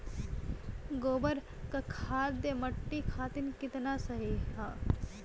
गोबर क खाद्य मट्टी खातिन कितना सही ह?